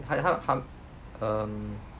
ha~ how how how um